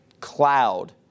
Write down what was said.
cloud